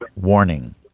Warning